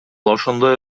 ошондой